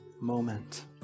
moment